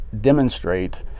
demonstrate